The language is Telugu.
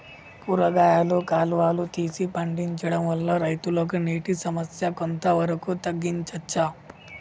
కూరగాయలు కాలువలు తీసి పండించడం వల్ల రైతులకు నీటి సమస్య కొంత వరకు తగ్గించచ్చా?